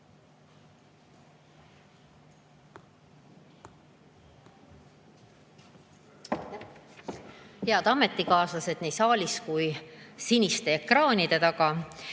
Head ametikaaslased nii saalis kui ka siniste ekraanide taga!